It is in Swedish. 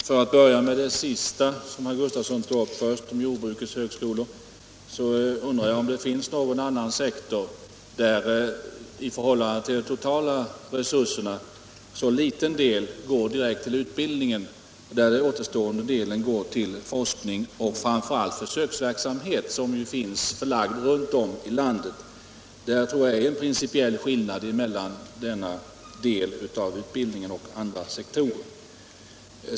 Herr talman! För att börja med det sista som herr Gustafsson i Barkarby tog upp, om jordbrukets högskolor, så undrar jag om det finns någon annan sektor där, i förhållande till de totala resurserna, så liten del går direkt till utbildningen och där den återstående delen går till forskning, och framför allt till försöksverksamhet som finns förlagd runt om i landet. Jag tror att det är en principiell skillnad mellan denna del av utbildningen och andra sektorer.